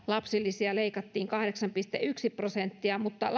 lapsilisiä leikattiin kahdeksan pilkku yksi prosenttia mutta